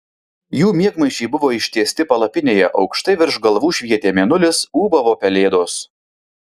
jų miegmaišiai buvo ištiesti palapinėje aukštai virš galvų švietė mėnulis ūbavo pelėdos